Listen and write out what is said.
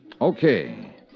Okay